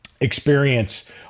Experience